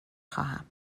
خواهم